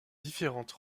différentes